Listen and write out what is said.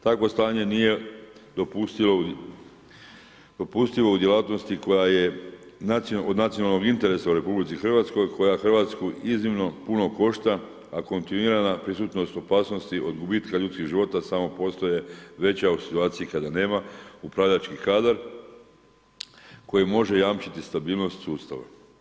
Takvo stanje nije dopustivo u djelatnosti koja je od nacionalnog interesa u RH, koja Hrvatsku iznimno puno košta, a kontinuirana prisutnost opasnosti od gubitka ljudskih života samo postaje veća u situaciji kada nema upravljački kadar koji može jamčiti stabilnost sustava.